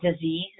disease